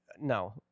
No